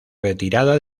retirada